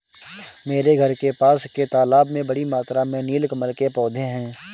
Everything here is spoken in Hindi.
मेरे घर के पास के तालाब में बड़ी मात्रा में नील कमल के पौधें हैं